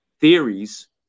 theories